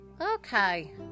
Okay